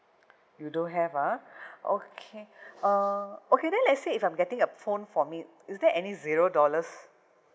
you don't have ah okay uh okay then let's say if I'm getting a phone for me is there any zero dollars